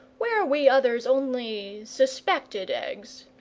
where we others only suspected eggs,